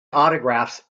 autographs